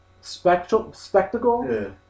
spectacle